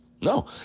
no